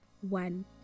one